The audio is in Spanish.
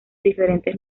diferentes